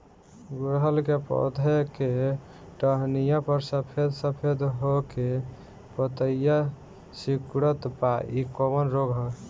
गुड़हल के पधौ के टहनियाँ पर सफेद सफेद हो के पतईया सुकुड़त बा इ कवन रोग ह?